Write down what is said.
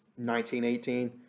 1918